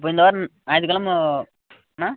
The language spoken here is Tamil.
அப்போ இந்த வாரம் ஞாயித்து கெழமை அண்ணா